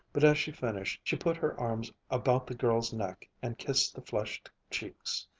but as she finished she put her arms about the girl's neck and kissed the flushed cheeks.